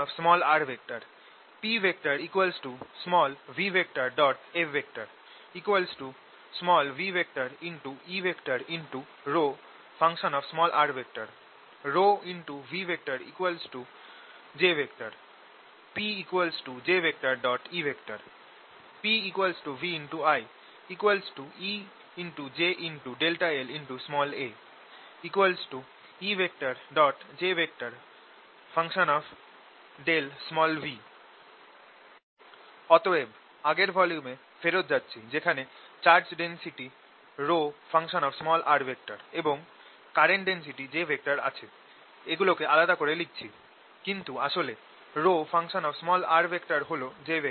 F E ρ P v F v E ρ ρv j P j E P VI Ej∆la E j∆v অতএব আগের ভলিউমে ফেরত যাচ্ছি যেখানে চার্জ ডেনসিটি ρ এবং কারেন্ট ডেনসিটি j আছে এগুলোকে আলাদা করে লিখছি কিন্তু আসলে ρ হল j